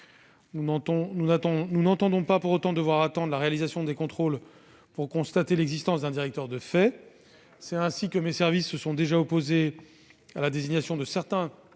Nous n'entendons pas pour autant attendre la réalisation des contrôles pour constater l'existence d'un directeur de fait ; c'est ainsi que mes services se sont déjà opposés à la désignation de certains